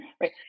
right